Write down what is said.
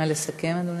נא לסכם, אדוני.